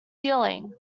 ceiling